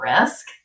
risk